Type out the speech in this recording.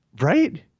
Right